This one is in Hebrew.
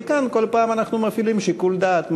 וכאן כל פעם אנחנו מפעילים שיקול דעת,